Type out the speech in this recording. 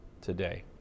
today